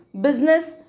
business